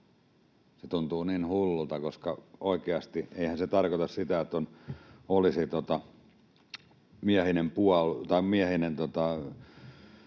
Se tuntuu niin hullulta, koska oikeasti eihän se tarkoita sitä, että olisi miehinen ryhmä,